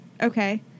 okay